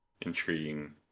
intriguing